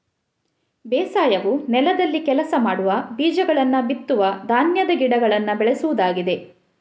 ಬೇಸಾಯವು ನೆಲದಲ್ಲಿ ಕೆಲಸ ಮಾಡುವ, ಬೀಜಗಳನ್ನ ಬಿತ್ತುವ ಧಾನ್ಯದ ಗಿಡಗಳನ್ನ ಬೆಳೆಸುವುದಾಗಿದೆ